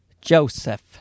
Joseph